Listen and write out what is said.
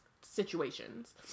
situations